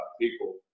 people